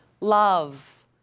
love